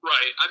Right